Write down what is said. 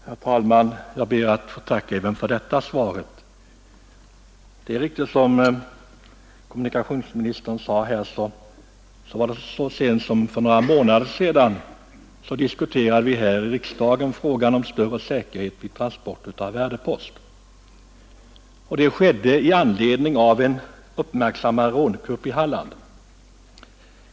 Herr talman! Jag ber att få tacka även för detta svar. Det är riktigt att det, som kommunikationsministern sade här, var så sent som för några månader sedan som vi här i riksdagen diskuterade frågan om större säkerhet vid transporter av värdepost. Det skedde i anledning av en uppmärksammad rånkupp i Halland.